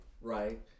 right